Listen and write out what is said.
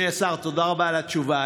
אדוני השר, תודה רבה על התשובה.